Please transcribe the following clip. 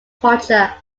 culture